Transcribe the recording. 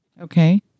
Okay